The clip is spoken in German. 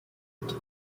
und